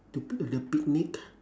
to be the picnic